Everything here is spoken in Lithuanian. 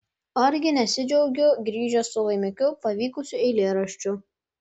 argi nesidžiaugiu grįžęs su laimikiu pavykusiu eilėraščiu